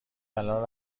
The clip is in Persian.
الان